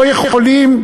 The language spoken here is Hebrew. לא יכולים,